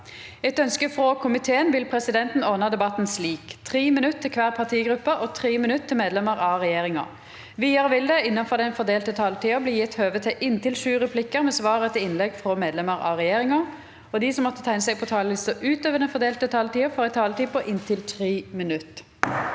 og sosialkomiteen vil presidenten ordne debatten slik: 3 minutter til hver partigruppe og 3 minutter til medlemmer av regjeringen. Videre vil det – innenfor den fordelte taletid – bli gitt anledning til inntil seks replikker med svar etter innlegg fra medlemmer av regjeringen, og de som måtte tegne seg på talerlisten utover den fordelte taletid, får også en taletid på inntil 3 minutter.